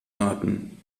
raten